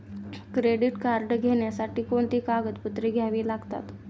Credit card घेण्यासाठी कोणती कागदपत्रे घ्यावी लागतात?